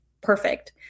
perfect